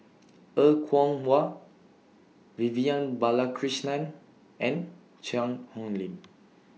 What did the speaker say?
Er Kwong Wah Vivian Balakrishnan and Cheang Hong Lim